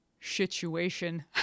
situation